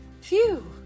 Phew